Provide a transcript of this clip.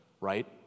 right